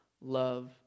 love